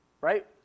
Right